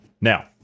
Now